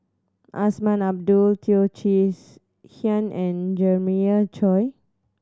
Azman Abdullah Teo Chee Hean and Jeremiah Choy